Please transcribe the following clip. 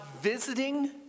visiting